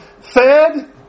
fed